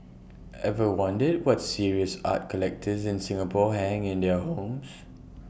ever wondered what serious art collectors in Singapore hang in their homes